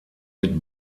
mit